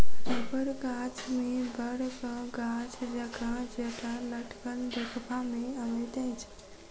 रबड़ गाछ मे बड़क गाछ जकाँ जटा लटकल देखबा मे अबैत अछि